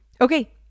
Okay